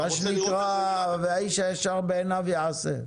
מה שנקרא "איש הישר בעיניו יעשה".